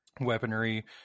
weaponry